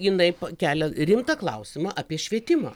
jinai kelia rimtą klausimą apie švietimą